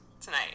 tonight